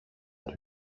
του